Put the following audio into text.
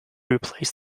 replace